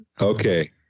Okay